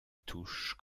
touche